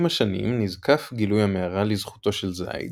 עם השנים נזקף גילוי המערה לזכותו של זייד,